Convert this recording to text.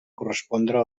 correspondre